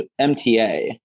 MTA